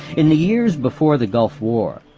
in the years before the gulf war,